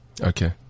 Okay